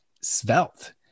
svelte